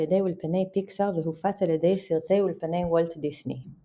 ידי אולפני "פיקסאר" והופץ על ידי סרטי אולפני וולט דיסני.